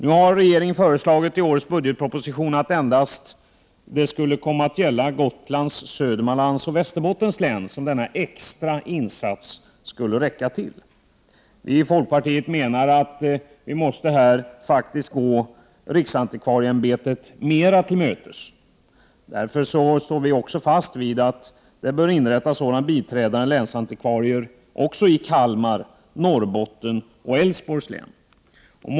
Nu har regeringen i årets budgetproposition föreslagit att denna extra insats enbart skulle räcka till Gotlands, Södermanlands och Västerbottens län. Vi i folkpartiet menar att man måste gå riksantikvarieämbetet mera till mötes. Därför står vi fast vid att det bör inrättas biträdande länsantikvarietjänster även i Kalmar, Norrbottens och Älvsborgs län.